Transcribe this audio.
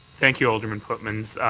thank you, alderman pootmans.